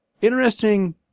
interesting